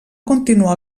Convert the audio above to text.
continuar